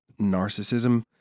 narcissism